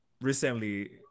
recently